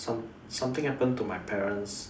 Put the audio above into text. some something happen to my parents